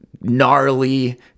gnarly